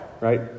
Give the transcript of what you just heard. right